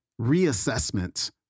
reassessment